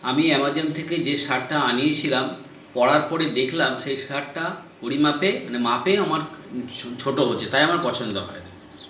আমি অ্যামাজন থেকে যে শার্টটা আনিয়েছিলাম পরার পরে দেখলাম সেই শার্টটা পরিমাপে মানে মাপে আমার ছোটো হচ্ছে তাই আমার পছন্দ হয়নি